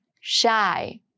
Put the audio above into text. shy